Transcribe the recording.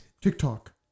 TikTok